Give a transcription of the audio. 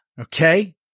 okay